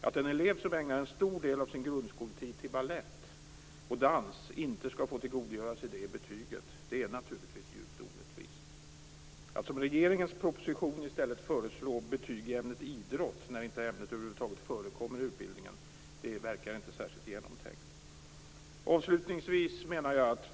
Att en elev, som ägnar en stor del av grundskoletiden åt balett och dans, inte skall få tillgodogöra sig det betyget är naturligtvis djupt orättvist. Att, som regeringen gör i sin proposition, föreslå betyg i ämnet idrott när ämnet över huvud taget inte förekommer i utbildningen verkar inte särskilt genomtänkt.